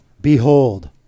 Behold